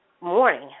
morning